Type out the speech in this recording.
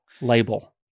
label